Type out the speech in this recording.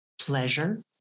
pleasure